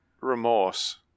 remorse